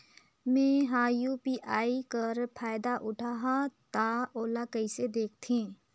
मैं ह यू.पी.आई कर फायदा उठाहा ता ओला कइसे दखथे?